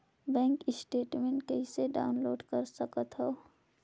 Bank statement कइसे download कर सकथव?